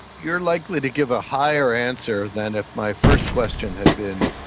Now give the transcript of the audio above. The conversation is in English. you're likely to give a higher answer than if my first question had been,